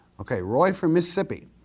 okay roy from mississippi.